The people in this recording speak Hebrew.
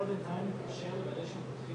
הנושא השני שנמצא על שולחני ואני מטפלת בו במסגרת